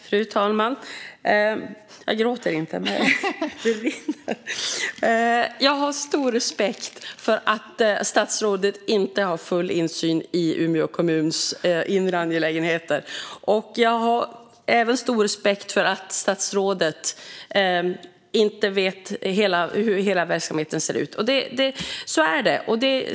Fru talman! Jag har stor respekt för att statsrådet inte har full insyn i Umeå kommuns inre angelägenheter. Jag har även stor respekt för att statsrådet inte vet hur hela verksamheten ser ut. Så är det.